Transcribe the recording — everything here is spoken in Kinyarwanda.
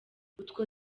utwo